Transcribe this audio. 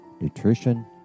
nutrition